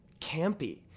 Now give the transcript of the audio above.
campy